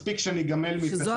מספיק שנגמל מזה --- שזו,